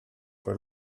per